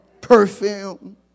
perfume